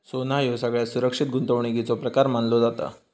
सोना ह्यो सगळ्यात सुरक्षित गुंतवणुकीचो प्रकार मानलो जाता